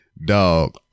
dog